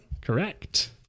Correct